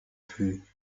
plus